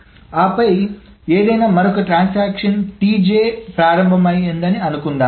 ఆపై ఏదైనా మరొక ట్రాన్సాక్షన్ ప్రారంభం Tj ఉందని అనుకుందాం